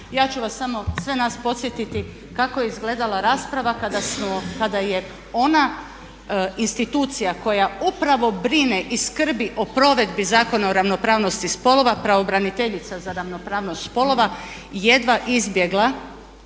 ja ću vas samo, sve nas podsjetiti kakao je izgledala rasprava kada je ona institucija koja upravo brine i skrbi o provedbi Zakona o ravnopravnosti spolova, pravobraniteljica za ravnopravnost spolova jedva izbjegla